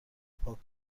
پاک